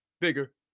bigger